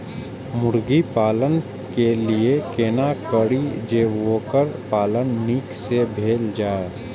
मुर्गी पालन के लिए केना करी जे वोकर पालन नीक से भेल जाय?